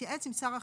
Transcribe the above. להתייעץ עם שר אחר.